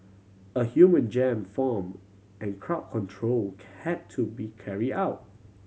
a human jam form and crowd control had to be carry out